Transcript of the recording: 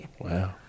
Wow